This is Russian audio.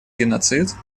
геноцид